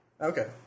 Okay